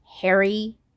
Harry